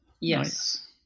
Yes